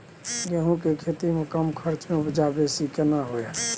गेहूं के खेती में कम खर्च में उपजा बेसी केना होय है?